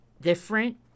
different